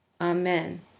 Amen